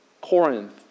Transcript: Corinth